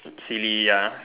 silly ya